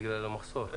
בגלל המחסור.